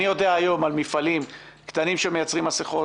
אני יודע היום על מפעלים קטנים שמייצרים מסיכות.